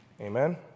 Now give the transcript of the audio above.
Amen